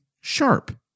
sharp